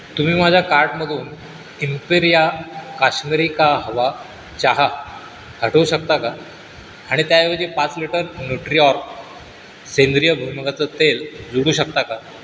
तुम्ही माझ्या कार्टमधून इम्पेरिया काश्मिरी काहवा चहा हटवू शकता का आणि त्याऐवजी पाच लिटर नूट्रीऑग सेंद्रिय भुईमुगाचं तेल जोडू शकता का